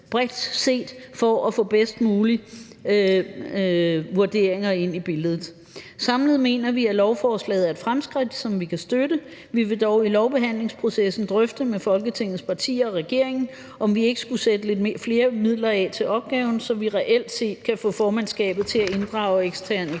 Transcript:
bredt set for at få bedst mulige vurderinger ind i billedet. Samlet mener vi, at lovforslaget er et fremskridt, som vi kan støtte. Vi vil dog i lovbehandlingsprocessen drøfte med Folketingets partier og regeringen, om vi ikke skulle sætte lidt flere midler af til opgaven, så vi reelt set kan få formandskabet til at inddrage eksterne eksperter.